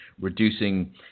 reducing